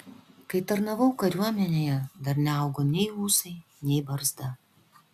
kai tarnavau kariuomenėje dar neaugo nei ūsai nei barzda